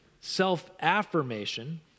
self-affirmation